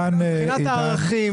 מבחינת הערכים,